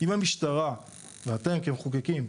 אם המשטרה ואתם כמחוקקים,